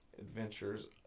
Adventures